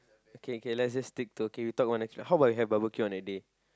okay okay let's just stick to okay we talk about next week how about we have barbecue on that day